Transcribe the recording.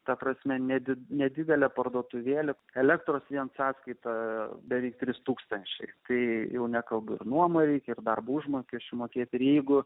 ta prasme netgi nedidelė parduotuvėlė elektros vien sąskaita beveik trys tūkstančiai tai jau nekalbu nuomą reikia ir darbo užmokesčiui mokėti lygu